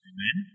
Amen